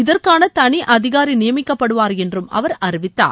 இதற்கான தனி அதிகாரி நியமிக்கப்படுவார் என்றும் அவர் அறிவித்தார்